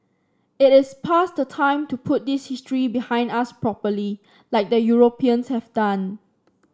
it is past the time to put this history behind us properly like the Europeans have done